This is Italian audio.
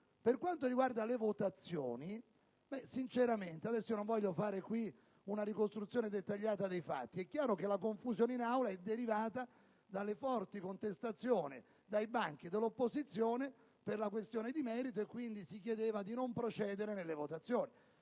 Per quanto riguarda le votazioni, sinceramente adesso non voglio fare in questa sede una ricostruzione dettagliata dei fatti, ma è chiaro che la confusione in Aula è derivata dalle forti contestazioni provenienti dai banchi dell'opposizione per la questione di merito: quindi si chiedeva di non procedere nelle votazioni.